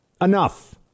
Enough